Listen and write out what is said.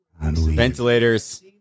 Ventilators